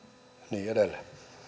niin edelleen